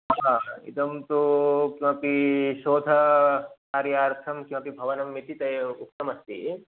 हा इदं तु किमपि शोधकार्यार्थं किमपि भवनम् इति ते उक्तमस्ति